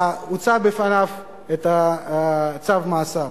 מוצג בפניו צו מאסר.